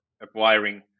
acquiring